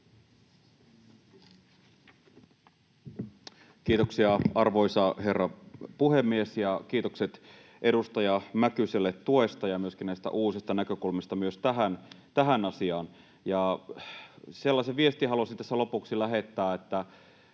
Kiitoksia, arvoisa herra puhemies! Ja kiitokset edustaja Mäkyselle tuesta ja myöskin näistä uusista näkökulmista myös tähän asiaan. Sellaisen viestin haluaisin tässä lopuksi lähettää